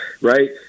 right